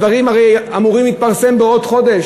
הדברים האלה אמורים להתפרסם עוד חודש.